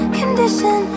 condition